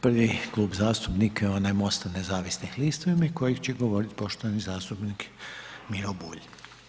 Prvi Klub zastupnika je onaj MOST-a nezavisnih lista, u ime kojeg će govorit poštovan zastupnik Miro Bulj.